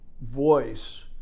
voice